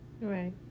right